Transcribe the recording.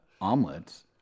omelets